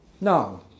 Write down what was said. No